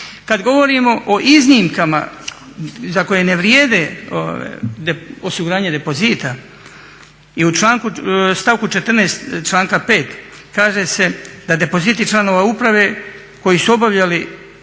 Kad govorimo o iznimkama za koje ne vrijede osiguranje depozita i u stavku 14. članka 5. kaže se da depoziti članova uprave koji su obavljali